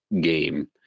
game